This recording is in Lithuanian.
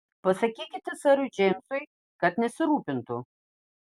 pasakykite serui džeimsui kad nesirūpintų